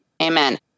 amen